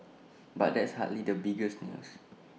but that's hardly the biggest news